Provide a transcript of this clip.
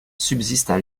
subsistent